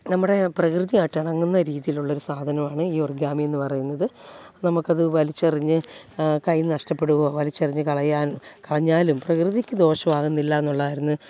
നമ്മുടെ പ്രകൃതിയായിട്ട് ഇണങ്ങുന്ന രീതിയിലുള്ള ഒരു സാധനമാണ് ഈ ഓർഗാമിന്ന് പറയുന്നത് നമുക്കത് വലിച്ചെറിഞ്ഞു കൈയ്യിൽ നിന്ന് നഷ്ടപ്പെടുകയോ വലിച്ചെറിഞ്ഞു കളയാൻ കളഞ്ഞാലും പ്രകൃതിക്ക് ദോഷമോ ആകുന്നില്ല എന്നുള്ളതായിരുന്നു